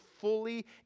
fully